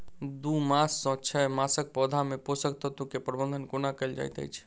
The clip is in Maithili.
दू मास सँ छै मासक पौधा मे पोसक तत्त्व केँ प्रबंधन कोना कएल जाइत अछि?